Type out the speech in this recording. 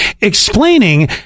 explaining